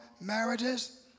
marriages